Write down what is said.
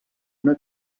una